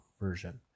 version